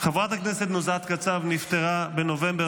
חברת הכנסת נוזהת קצב נפטרה בנובמבר